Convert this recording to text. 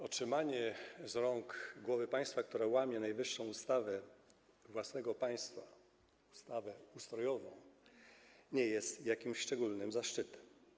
Otrzymanie go z rąk głowy państwa, która łamie najwyższą ustawę własnego państwa, ustawę ustrojową, nie jest jakimś szczególnym zaszczytem.